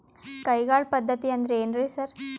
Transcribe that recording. ಕೈಗಾಳ್ ಪದ್ಧತಿ ಅಂದ್ರ್ ಏನ್ರಿ ಸರ್?